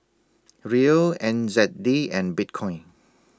Riel N Z D and Bitcoin